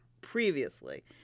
previously